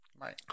Right